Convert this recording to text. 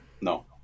No